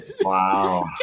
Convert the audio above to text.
wow